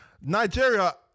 Nigeria